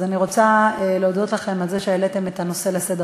אז אני רוצה להודות לכם על זה שהעליתם את הנושא לסדר-היום.